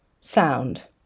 sound